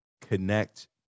connect